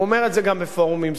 הוא אומר את זה גם בפורומים סגורים.